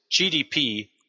GDP